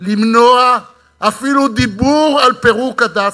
למנוע אפילו דיבור על פירוק "הדסה".